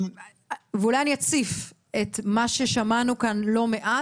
ואולי אני אציף את מה ששמענו כאן לא מעט.